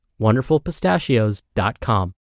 wonderfulpistachios.com